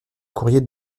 courrier